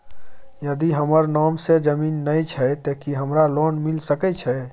यदि हमर नाम से ज़मीन नय छै ते की हमरा लोन मिल सके छै?